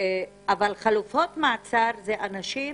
חלופות מעצר אלו אנשים